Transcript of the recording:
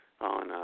on